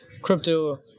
crypto